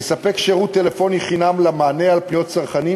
יספק שירות טלפוני חינם למענה על פניות צרכנים